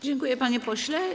Dziękuję, panie pośle.